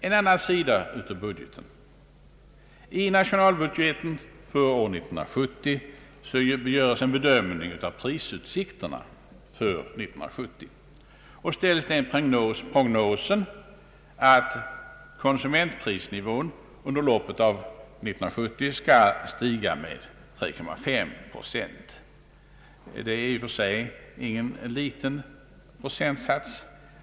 En annan sida av budgeten: I nationalbudgeten för år 1970 görs en bedömning av prisutsikterna, och där görs den prognosen att konsumentprisnivån under loppet av 1970 skall stiga med 3,5 procent. Det är i och för sig ingen liten procentsats.